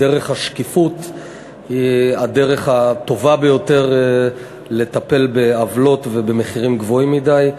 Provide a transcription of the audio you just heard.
דרך השקיפות היא הדרך הטובה ביותר לטפל בעוולות ובמחירים גבוהים מדי.